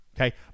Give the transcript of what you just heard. okay